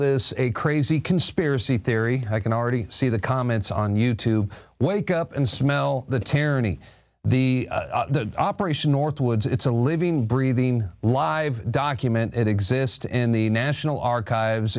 this a crazy conspiracy theory i can already see the comments on you tube wake up and smell the tyranny the operation northwoods it's a living breathing live document it exists in the national archives